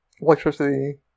electricity